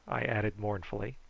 i added mournfully.